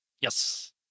Yes